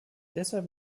deshalb